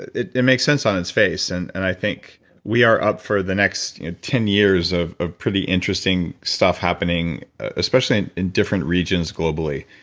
it it makes sense on its face, and i think we are up for the next ten years of of pretty interesting stuff happening, especially in different regions globally.